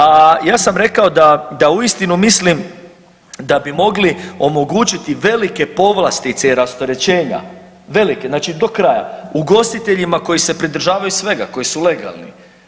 A ja sam rekao da uistinu mislim da bi mogli omogućiti velike povlastice i rasterećenja, velike, znači do kraja ugostiteljima koji se pridržavaju svega, koji su legalni.